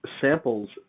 samples